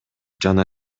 жана